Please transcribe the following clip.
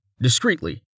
discreetly